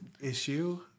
issue